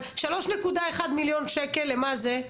3.1 מיליון שקל, למה זה?